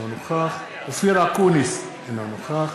אינו נוכח אופיר אקוניס, אינו נוכח